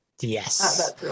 Yes